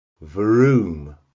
Vroom